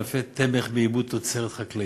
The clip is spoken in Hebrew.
בענפי תמך ובעיבוד תוצרת חקלאית,